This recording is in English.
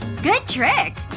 good trick!